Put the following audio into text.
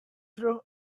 through